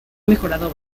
mejorado